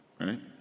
right